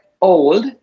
old